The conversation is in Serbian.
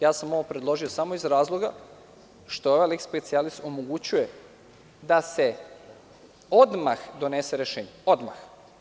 Ja sam ovo predložio samo iz razloga što ovaj leks specijalis omogućuje da se odmah donese rešenje, odmah.